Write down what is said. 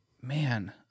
man